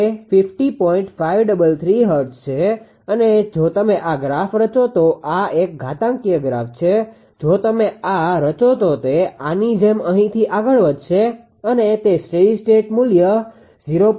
533 hertz છે અને જો તમે આ ગ્રાફ રચો તો આ એક ઘાતાંકીય ગ્રાફ છે જો તમે આ રચો તો તે આની જેમ અહીંથી આગળ વધશે અને તે સ્ટેડી સ્ટેટ મુલ્ય 0